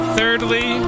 Thirdly